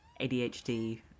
adhd